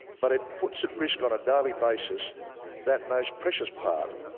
but it puts at risk on a daily basis that most precious part,